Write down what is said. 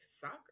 soccer